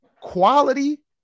quality